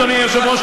אדוני היושב-ראש,